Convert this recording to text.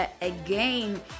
again